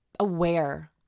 aware